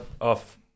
off